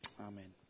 Amen